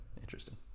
Interesting